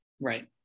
Right